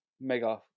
mega